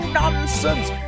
nonsense